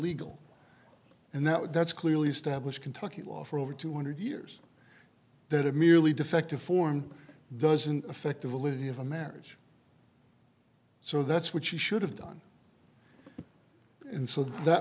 legal and that would that's clearly established kentucky law for over two hundred years that it merely defective form doesn't affect the validity of a marriage so that's what she should have done and so that